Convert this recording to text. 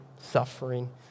suffering